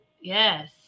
Yes